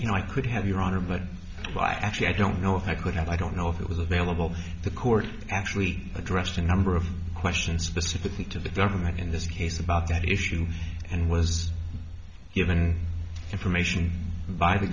you know i could have your honor but why i actually i don't know if i could have i don't know if it was available to the court actually addressed a number of questions specifically to the government in this case about that issue and was given information by the